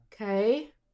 Okay